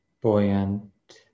buoyant